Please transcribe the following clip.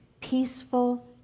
peaceful